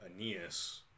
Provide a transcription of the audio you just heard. aeneas